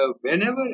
whenever